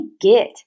get